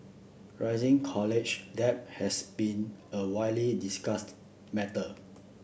rising college debt has been a widely discussed matter